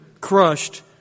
crushed